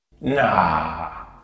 Nah